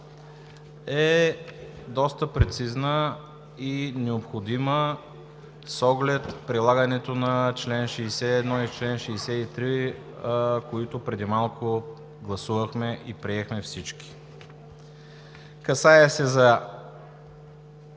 е доста прецизна и необходима с оглед прилагането на чл. 61 и чл. 63, които преди малко гласувахме и приехме всички. Касае се за